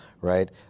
right